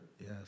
Yes